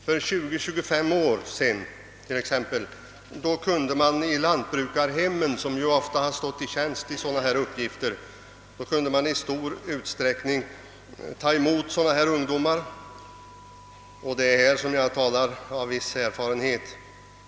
För 20—25 år sedan kunde man i exempelvis lantbrukarhemmen, som ju ofta har stått till tjänst med sådana här uppgifter, i stor utsträckning ta emot dessa ungdomar — det är härvidlag jag talar av viss erfarenhet.